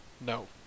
No